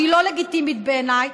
שהיא לא לגיטימית בעיניי,